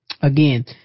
Again